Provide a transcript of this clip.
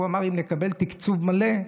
הוא אמר: אם נקבל תקציב מלא,